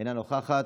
אינה נוכחת,